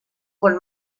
con